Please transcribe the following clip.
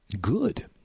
Good